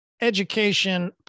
education